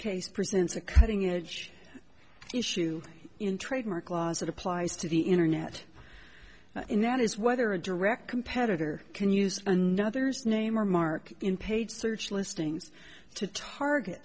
case presents a cutting edge issue in trademark law as it applies to the internet in that is whether a direct competitor can use another's name or mark in paid search listings to target